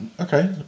Okay